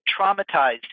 traumatized